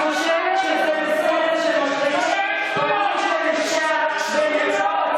את חושבת שזה בסדר שמשחיתים פנים של אישה במרחב